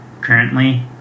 currently